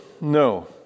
no